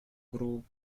group